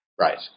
Right